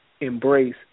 embrace